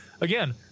again